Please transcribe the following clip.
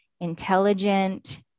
intelligent